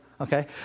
okay